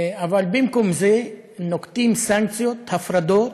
אבל במקום זה נוקטים סנקציות, הפרדות,